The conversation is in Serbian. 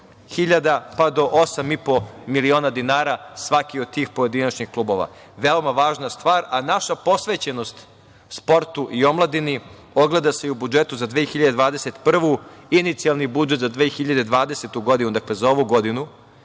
600.000 do 8,5 miliona dinara, svaki od tih pojedinačnih klubova. Veoma važna stvar, a naša posvećenost sportu i omladini se ogleda i u budžetu za 2021. godinu. Inicijalni budžet za 2020. godinu, dakle, za ovu godinu,